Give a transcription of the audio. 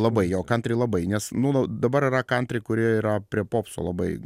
labai jo kantri labai nes nu dabar yra kantri kurie yra prie popso labai